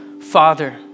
Father